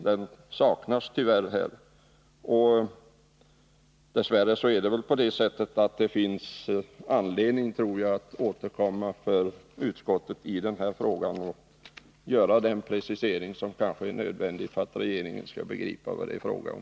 Dess värre är det väl så att det för utskottet finns anledning att återkomma i den här frågan och göra den precisering som kanske är nödvändig för att regeringen skall begripa vad det är fråga om.